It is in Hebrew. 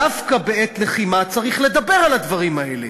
דווקא בעת לחימה צריך לדבר על הדברים האלה